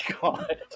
God